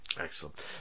Excellent